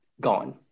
gone